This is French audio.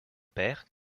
père